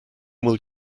will